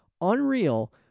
unreal